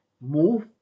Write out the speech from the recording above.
Move